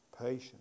patience